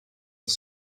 his